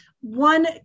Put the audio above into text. one